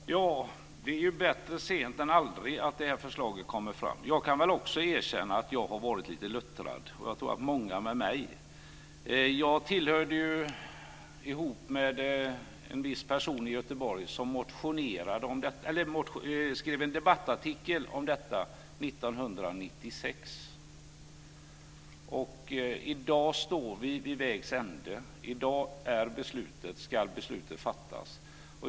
Fru talman! Det är bättre sent än aldrig att förslaget kommer fram. Jag kan också erkänna att jag har varit lite luttrad - och många med mig, tror jag. Jag och en viss person i Göteborg skrev en debattartikel om detta 1996. I dag står vi vid vägs ände. I dag ska beslutet fattas.